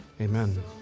Amen